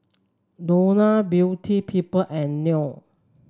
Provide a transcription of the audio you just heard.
Danone Beauty People and Nan